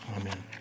Amen